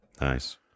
nice